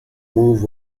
move